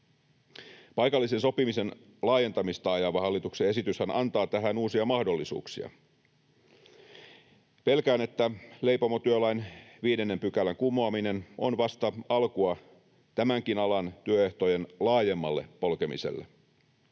Paikallisen sopimisen laajentamista ajava hallituksen esityshän antaa tähän uusia mahdollisuuksia. Pelkään, että leipomotyölain 5 §:n kumoaminen on vasta alkua tämänkin alan työehtojen laajemmalle polkemiselle.